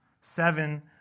seven